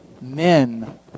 men